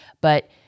But-